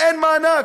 אין מענק.